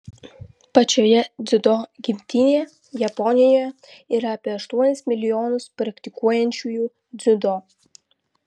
pačioje dziudo gimtinėje japonijoje yra apie aštuonis milijonus praktikuojančiųjų dziudo